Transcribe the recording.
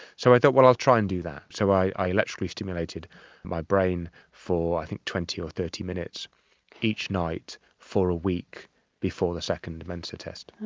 so i thought, well, i'll try and do that. so i electrically stimulated my brain for i think twenty or thirty minutes each night for a week before the second mensa test.